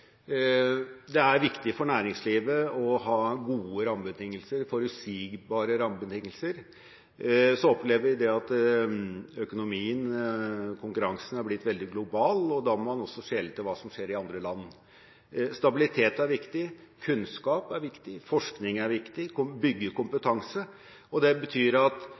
Det er viktig for næringslivet å ha gode rammebetingelser, forutsigbare rammebetingelser. Så opplever vi at økonomien og konkurransen er blitt veldig global, og da må man også skjele til hva som skjer i andre land. Stabilitet er viktig, kunnskap er viktig, forskning er viktig, å bygge kompetanse, og det betyr at